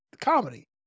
comedy